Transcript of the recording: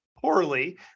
poorly